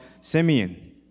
Simeon